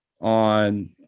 on –